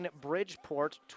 Bridgeport